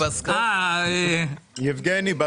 יבגני, באמת.